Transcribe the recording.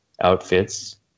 outfits